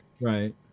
right